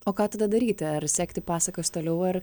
o ką tada daryti ar sekti pasakas toliau ar